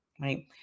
right